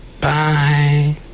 Bye